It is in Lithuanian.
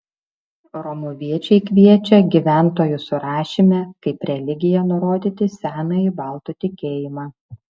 romuviečiai kviečia gyventojų surašyme kaip religiją nurodyti senąjį baltų tikėjimą